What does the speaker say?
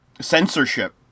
censorship